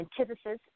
antithesis